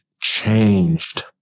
changed